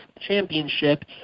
Championship